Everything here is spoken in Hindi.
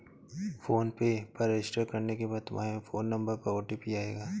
फोन पे पर रजिस्टर करने के बाद तुम्हारे फोन नंबर पर ओ.टी.पी आएगा